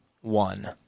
one